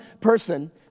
person